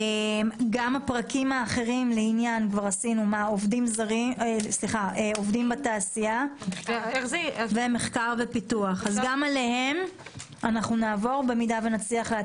נעבור גם על הפרקים שנוגעים לעובדים בתעשייה ומחקר ופיתוח ואם נצליח,